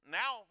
now